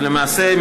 למעשה,